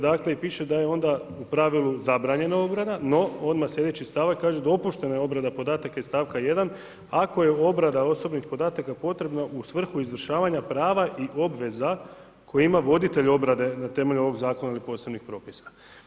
Dakle i piše da je onda u pravilu zabranjena obrada, no odmah sljedeći stavak kaže dopuštena je obrada podataka iz stavka 1. ako je obrada osobnih podataka potrebna u svrhu izvršavanja prava i obveza koje ima voditelj obrade na temelju ovog zakona ili posebnih propisa.